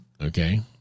okay